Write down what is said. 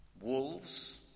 Wolves